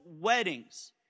weddings